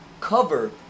cover